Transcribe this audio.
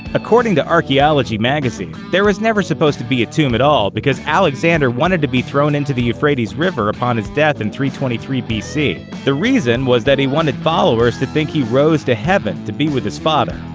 according to archaeology magazine, there was never supposed to be a tomb at all because alexander wanted to be thrown into the euphrates river upon his death in three hundred and twenty three bc. the reason was that he wanted followers to think he rose to heaven to be with his father,